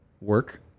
work